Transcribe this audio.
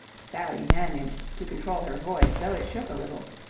sally managed to control her voice, though it shook a little.